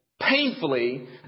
Painfully